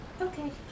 Okay